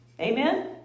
Amen